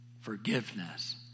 forgiveness